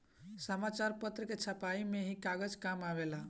समाचार पत्र के छपाई में कागज ही काम आवेला